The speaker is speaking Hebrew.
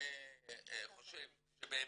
אני חושב שבאמת,